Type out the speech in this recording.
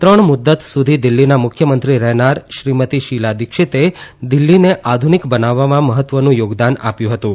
ત્રણ મુદત સુધી દિલ્હીના મુખ્યમંત્રી રહેનાર શ્રીમતી શીલા દિક્ષીતે દિલ્હીને આધુનિક બનાવવામાં મહત્વનું યાાદાન આપ્યું હતું